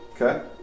okay